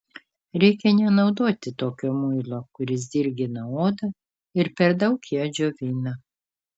reikia nenaudoti tokio muilo kuris dirgina odą ir per daug ją džiovina